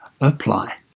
apply